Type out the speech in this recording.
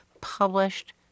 published